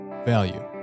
value